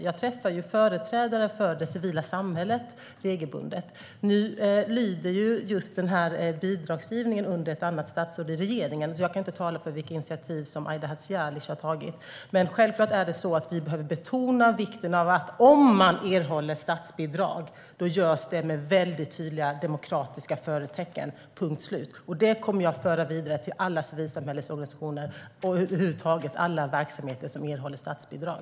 Jag träffar ju företrädare för det civila samhället regelbundet. Just den här bidragsgivningen lyder under ett annat statsråd i regeringen, och jag kan inte tala för vilka initiativ Aida Hadzialic har tagit. Men självklart är det så att vi behöver betona vikten av att om man erhåller statsbidrag, då sker det med väldigt tydliga demokratiska förtecken - punkt slut. Det kommer jag att föra vidare till alla civilsamhällesorganisationer och alla verksamheter över huvud taget som erhåller statsbidrag.